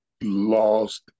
lost